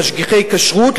במשגיחי הכשרות,